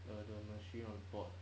the the machine on board